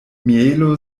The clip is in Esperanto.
mielo